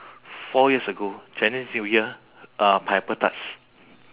four years ago chinese new year uh pineapple tarts